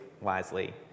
wisely